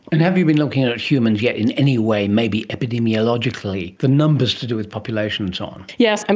and have you been looking at humans yet in any way, maybe epidemiologically, the numbers to do with population and so on? yes,